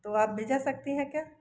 तो आप भिजा सकती हैं क्या